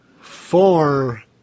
four